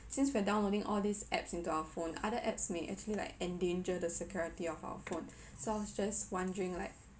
since we're downloading all these apps into our phone other apps may actually like endanger the security of our phone so I was just wondering like